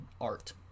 art